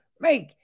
make